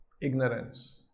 ignorance